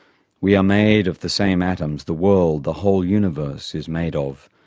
we are made of the same atoms the world, the whole universe is made of,